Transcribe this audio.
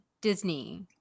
Disney